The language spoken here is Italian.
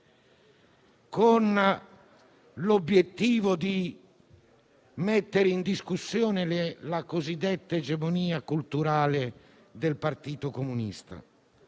con l'obiettivo di mettere in discussione la cosiddetta egemonia culturale del Partito Comunista.